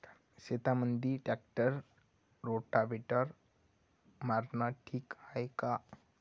शेतामंदी tractor rotavator मारनं ठीक हाये का?